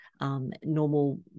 normal